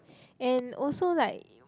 and also like